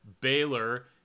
Baylor